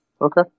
okay